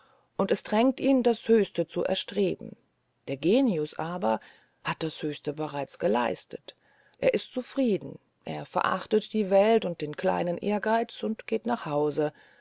und es drängt ihn das höchste zu erstreben der genius aber hat das höchste bereits geleistet er ist zufrieden er verachtet die welt und den kleinen ehrgeiz und geht nach hause